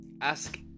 ask